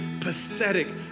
pathetic